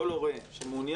כל הורה שמעוניין,